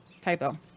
typo